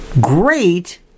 great